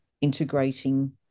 integrating